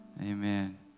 Amen